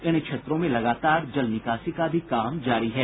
इन क्षेत्रों से लगातार जल निकासी का भी काम जारी है